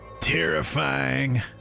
terrifying